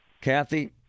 Kathy